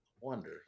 wonder